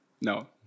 no